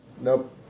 Nope